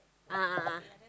ah ah ah